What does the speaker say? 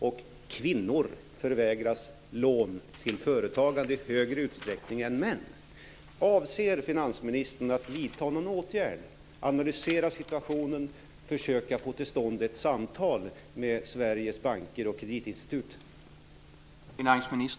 Och kvinnor förvägras lån till företagande i högre utsträckning än män. Avser finansministern att vidta någon åtgärd, analysera situationen och försöka att få till stånd ett samtal med Sveriges banker och kreditinstitut?